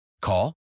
Call